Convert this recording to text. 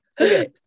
Okay